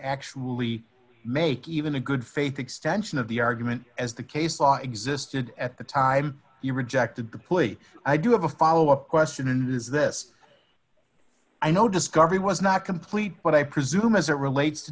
actually make even a good faith extension of the argument as the case law existed at the time you rejected the plea i do have a follow up question and this i know discovery was not complete but i presume as it relates to